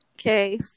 okay